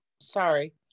Sorry